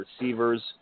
receivers